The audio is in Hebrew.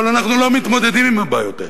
אבל אנחנו לא מתמודדים עם הבעיות האלה.